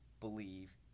believe